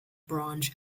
branch